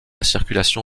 circulation